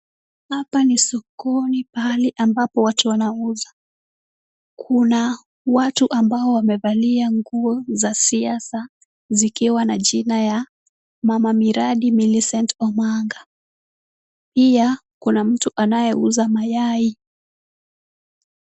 Hapa ni sokoni pahali ambapo watu wanauza. Kuna watu ambao wamevalia nguo za siasa zikiwa na jina ya mama miradi Millicent Omanga pia kuna mtu anayeuza mayai.